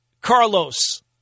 Carlos